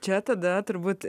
čia tada turbūt